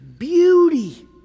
Beauty